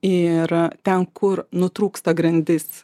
ir ten kur nutrūksta grandis